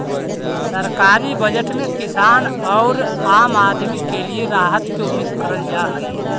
सरकारी बजट में किसान औउर आम आदमी के लिए राहत के उम्मीद करल जा हई